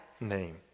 name